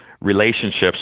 relationships